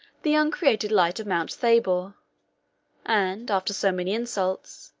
the uncreated light of mount thabor and, after so many insults,